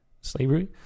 slavery